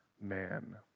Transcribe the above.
man